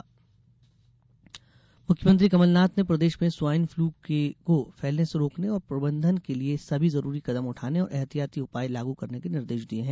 मुख्यमंत्री swine flu मुख्यमंत्री कमलनाथ ने प्रदेश में स्वाइन फ्लू को फैलने से रोकने और प्रबंधन के लिये सभी जरूरी कदम उठाने और ऐहतियाती उपाय लागू करने के निर्देश दिये हैं